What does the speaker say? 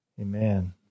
Amen